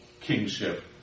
kingship